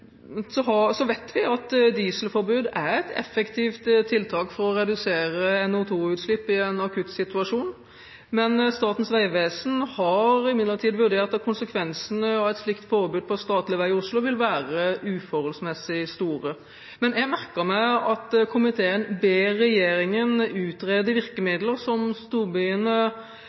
vet at dieselforbud er et effektivt tiltak for å redusere NO2-utslipp i en akutt situasjon, men Statens vegvesen har imidlertid vurdert at konsekvensene av et slikt forbud på statlig vei i Oslo vil være uforholdsmessig store. Men jeg merket meg at komiteen ber regjeringen utrede